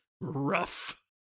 rough